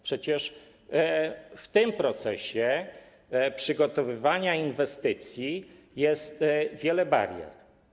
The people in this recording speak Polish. Przecież w procesie przygotowywania inwestycji jest wiele barier.